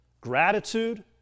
Gratitude